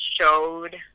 showed